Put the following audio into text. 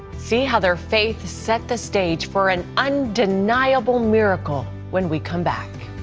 see how their faith set the stage for an undeniable miracle when we come back.